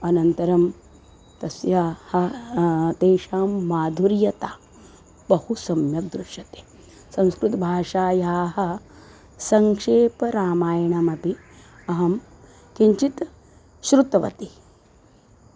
अनन्तरं तस्याः तेषां माधुर्यता बहु सम्यक् दृश्यते संस्कृतभाषायाः सङ्क्षेपरामायणमपि अहं किञ्चित् श्रुतवती